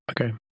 Okay